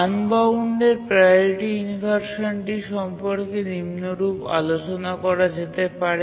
unbounded priority ইনভারসানটি সম্পর্কে নিম্নরূপ আলোচনা করা যেতে পারে